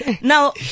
Now